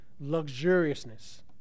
luxuriousness